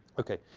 ok.